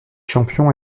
champion